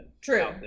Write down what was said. True